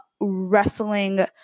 wrestling